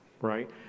right